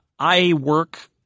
iWork